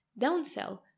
downsell